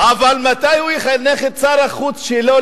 אבל מתי הוא יחנך לשלום את שר החוץ שלו,